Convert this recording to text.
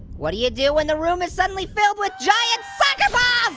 what do you do when the room is suddenly filled with giant soccer balls?